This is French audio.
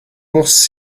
courses